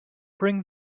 bring